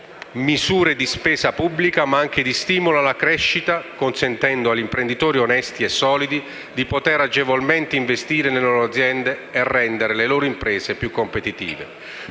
misure di spesa pubblica, ma anche di stimolo alla crescita, consentendo agli imprenditori onesti e solidi di poter agevolmente investire nelle loro aziende e rendere le loro imprese più competitive.